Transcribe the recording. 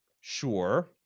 Sure